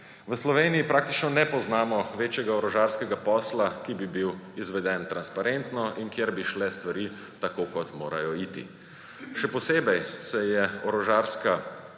V Sloveniji praktično ne poznamo večjega orožarskega posla, ki bi bil izveden transparentno in kjer bi šle stvari tako, kot morajo iti. Še posebej se je orožarska